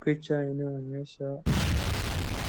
Picha inayoonyesha